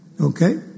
Okay